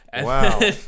Wow